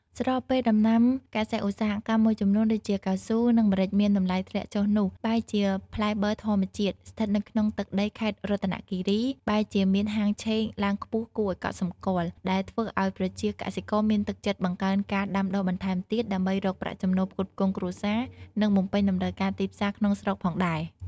ស្របពេលដំណាំកសិឧស្សាហកម្មមួយចំនួន ដូចជាកៅស៊ូ និងម្រេចមានតម្លៃធ្លាក់ចុះនោះ បែរជាផ្លែប័រធម្មជាតិ ស្ថិតនៅក្នុងទឹកដីខេត្តរតនគិរី បែរជាមានហាងឆេងឡើងខ្ពស់គួរឱ្យកត់សម្គាល់ ដែលធ្វើឱ្យប្រជាកសិករមានទឹកចិត្តបង្កើនការដាំដុះបន្ថែមទៀត ដើម្បីរកប្រាក់ចំណូលផ្គត់ផ្គង់គ្រួសារ និងបំពេញតម្រូវការទីផ្សារក្នុងស្រុកផងដែរ។